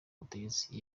butegetsi